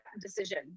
decision